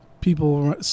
people